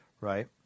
right